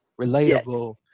relatable